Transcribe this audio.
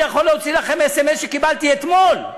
אני יכול להוציא לכם אס.אם.אס שקיבלתי אתמול: